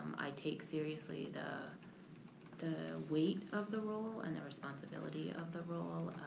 i take seriously the the weight of the role and the responsibility of the role.